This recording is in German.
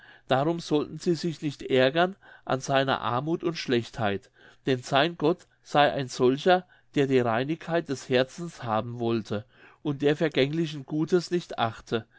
darum sollten sie sich nicht ärgern an seiner armuth und schlechtheit denn sein gott sei ein solcher der die reinigkeit des herzens haben wollte und der vergänglichen gutes nicht achte